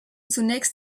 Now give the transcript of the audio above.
zunächst